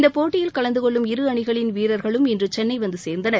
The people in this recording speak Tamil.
இந்த போட்டியில் கலந்து கொள்ளும் இரு அணிகளின் வீரர்களும் இன்று சென்னை வந்து சேர்ந்தனர்